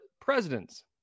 presidents